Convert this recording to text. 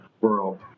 world